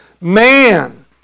man